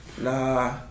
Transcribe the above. nah